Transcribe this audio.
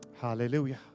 Hallelujah